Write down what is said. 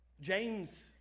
James